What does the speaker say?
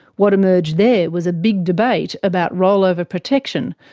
what emerged there was a big debate about rollover protection,